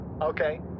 Okay